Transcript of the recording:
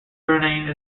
surname